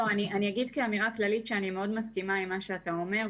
אני מאוד מסכימה עם מה שאתה אומר,